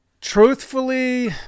truthfully